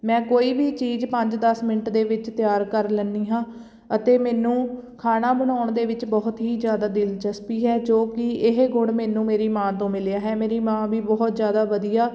ਮੈਂ ਕੋਈ ਵੀ ਚੀਜ਼ ਪੰਜ ਦਸ ਮਿੰਟ ਦੇ ਵਿੱਚ ਤਿਆਰ ਕਰ ਲੈਂਦੀ ਹਾਂ ਅਤੇ ਮੈਨੂੰ ਖਾਣਾ ਬਣਾਉਣ ਦੇ ਵਿੱਚ ਬਹੁਤ ਹੀ ਜ਼ਿਆਦਾ ਦਿਲਚਸਪੀ ਹੈ ਜੋ ਕਿ ਇਹ ਗੁਣ ਮੈਨੂੰ ਮੇਰੀ ਮਾਂ ਤੋਂ ਮਿਲਿਆ ਹੈ ਮੇਰੀ ਮਾਂ ਵੀ ਬਹੁਤ ਜ਼ਿਆਦਾ ਵਧੀਆ